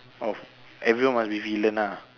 oh everyone must be villain ah